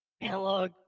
analog